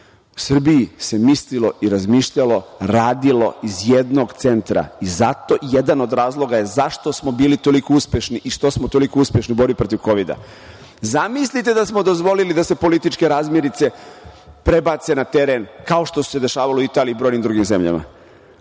U Srbiji se mislilo i razmišljalo, radilo iz jednog centra i zato je jedan od razloga zašto smo bili toliko uspešni i što smo toliko uspešni u borbi protiv kovida. Zamislite da smo dozvolili da se političke razmirice prebace na teren, kao što se dešavalo u Italiji i brojnim drugim zemljama.U